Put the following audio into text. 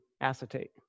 acetate